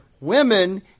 women